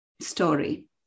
story